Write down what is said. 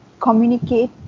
communicate